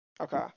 Okay